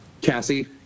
Cassie